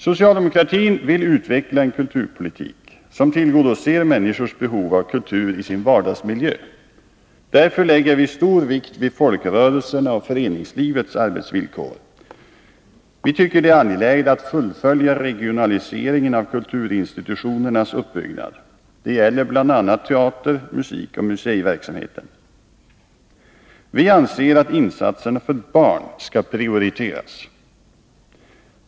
Socialdemokratin vill utveckla en kulturpolitik som tillgodoser människors behov av kultur i sin vardagsmiljö. Därför lägger vi stor vikt vid folkrörelsernas och föreningslivets arbetsvillkor. Vi tycker det är angeläget att fullfölja regionaliseringen av kulturinstitutionernas uppbyggnad. Det gäller bl.a. teater, musik och museiverksamheten. Vi anser att insatserna för barn skall prioriteras.